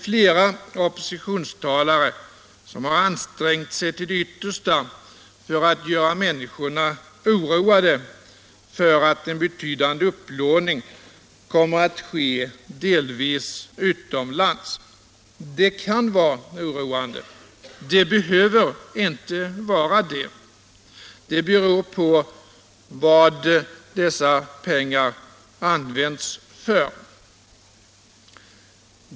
Flera oppositionstalare har ansträngt sig till det yttersta för att göra människorna oroade för att en betydande upplåning kommer att ske, delvis utomlands. Det kan vara oroande, men det behöver inte vara det. Det beror på vad dessa pengar används till.